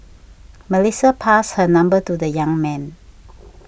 Melissa passed her number to the young man